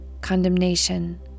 condemnation